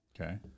Okay